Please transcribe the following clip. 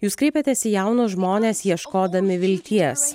jūs kreipiatės į jaunus žmones ieškodami vilties